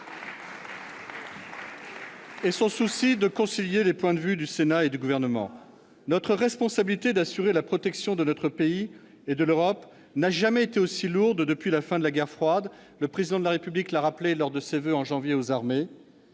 et son souci de concilier les points de vue du Sénat et du Gouvernement. Notre responsabilité d'assurer la protection de notre pays et de l'Europe n'a jamais été aussi lourde depuis la fin de la guerre froide. Le Président de la République l'a souligné lors de ses voeux aux armées